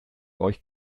euch